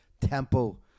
tempo